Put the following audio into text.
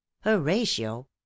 horatio